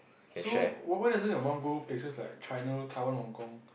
so why doesn't your mum go places like China Taiwan Hong-Kong